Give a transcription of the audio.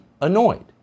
annoyed